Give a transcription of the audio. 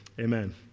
amen